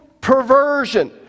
Perversion